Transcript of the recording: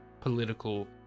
political